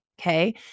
Okay